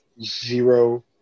zero